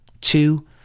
Two